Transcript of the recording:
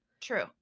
true